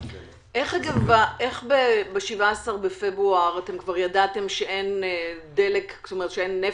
איך ב-17 בפברואר כבר ידעתם שאין נפט